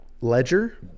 ledger